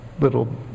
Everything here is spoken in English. little